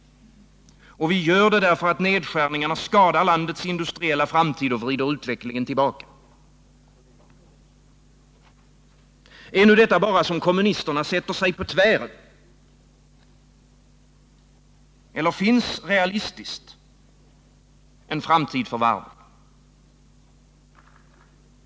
Vi gör det därför att nedskärningarna skadar landets industriella framtid och vrider utvecklingen tillbaka. Betyder det här nu bara att kommunisterna sätter sig på tvären? Eller finns realistiskt en framtid för varven?